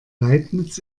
leibniz